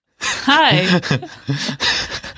Hi